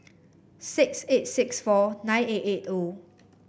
six eight six four nine eight eight O